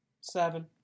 Seven